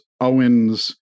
Owen's